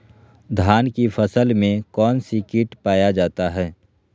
धान की फसल में कौन सी किट पाया जाता है?